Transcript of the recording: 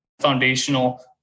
foundational